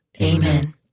Amen